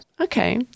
Okay